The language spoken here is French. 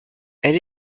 elle